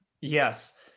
yes